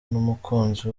n’umukunzi